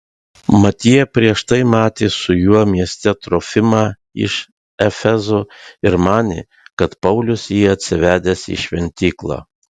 mat jie prieš tai matė su juo mieste trofimą iš efezo ir manė kad paulius jį atsivedęs į šventyklą